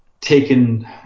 taken